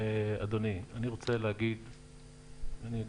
אדוני, אני רוצה להגיד בקצרה: